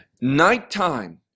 Nighttime